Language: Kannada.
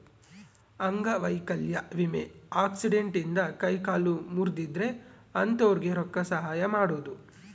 ಅಂಗವೈಕಲ್ಯ ವಿಮೆ ಆಕ್ಸಿಡೆಂಟ್ ಇಂದ ಕೈ ಕಾಲು ಮುರ್ದಿದ್ರೆ ಅಂತೊರ್ಗೆ ರೊಕ್ಕ ಸಹಾಯ ಮಾಡೋದು